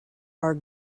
are